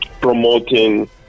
promoting